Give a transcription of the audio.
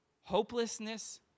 Hopelessness